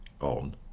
on